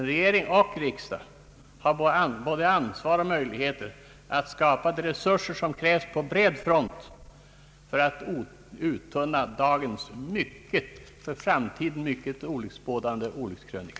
Regering och riksdag har både ansvar och möjligheter att skapa de resurser som krävs på bred front för att uttunna dagens för framtiden mycket olycksbådande olyckskrönika.